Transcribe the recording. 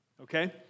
Okay